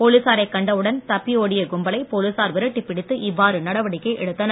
போலீசாரைக் கண்ட உடன் தப்பிய ஓடிய கும்பலை போலீசார் விரட்டிப் பிடித்து இவ்வாறு நடவடிக்கை எடுத்தனர்